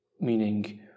meaning